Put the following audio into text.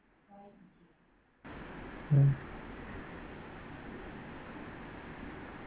mm